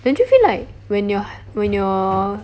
don't you feel like when you're when you're